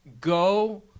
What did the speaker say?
Go